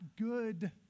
good